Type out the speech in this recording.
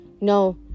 No